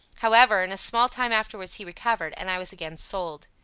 however, in a small time afterwards he recovered, and i was again sold.